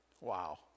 Wow